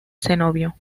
cenobio